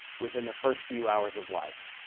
within the first few hours of life,